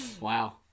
Wow